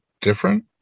different